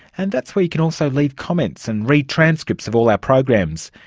and that's where you can also leave comments and read transcripts of all our programs.